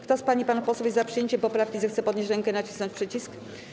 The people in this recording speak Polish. Kto z pań i panów posłów jest za przyjęciem poprawki, zechce podnieść rękę i nacisnąć przycisk.